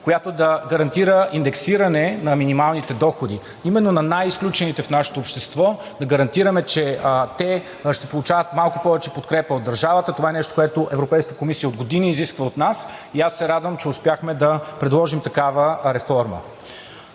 която да гарантира индексиране на минималните доходи, именно на най-изключените в нашето общество да гарантираме, че те ще получават малко повече подкрепа от държавата. Това е нещо, което Европейската комисия от години изисква от нас и аз се радвам, че успяхме да предложим такава реформа.